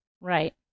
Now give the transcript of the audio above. right